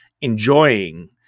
enjoying